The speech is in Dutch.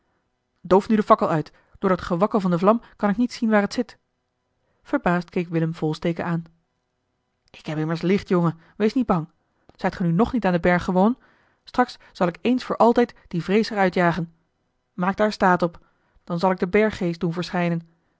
doof nu de fakkel uit door dat gewakkel van de vlam kan ik niet zien waar het zit verbaasd keek willem volsteke aan ik heb immers licht jongen wees niet bang zijt ge nu nog niet aan den berg gewoon straks zal ik eens voor altijd die vrees eli heimans willem roda er uitjagen maak daar staat op dan zal ik den berggeest doen verschijnen